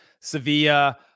Sevilla